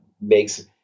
makes